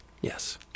Yes